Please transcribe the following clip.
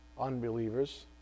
unbelievers